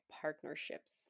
partnerships